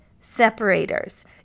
separators